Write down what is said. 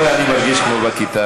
אוי, אני מרגיש כמו בכיתה.